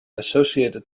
associated